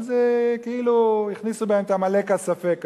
אבל זה כאילו הכניסו בהם את עמלק הספק הזה.